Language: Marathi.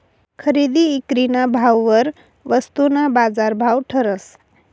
खरेदी ईक्रीना भाववर वस्तूना बाजारभाव ठरस